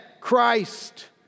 Christ